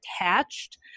attached